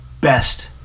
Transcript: best